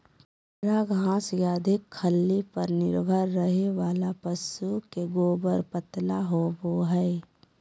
हरा घास या अधिक खल्ली पर निर्भर रहे वाला पशु के गोबर पतला होवो हइ